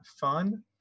fun